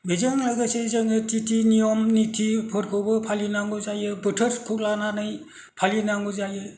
बेजों लोगोसे जोङो तिथि नियम नितिफोरखौबो फालिनांगौ जायो बोथोरखौ लानानै फालिनांगौ जायो